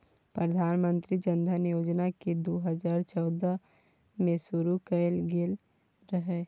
प्रधानमंत्री जनधन योजना केँ दु हजार चौदह मे शुरु कएल गेल रहय